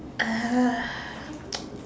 uh